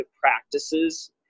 practices